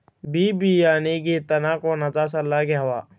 बी बियाणे घेताना कोणाचा सल्ला घ्यावा?